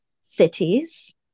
cities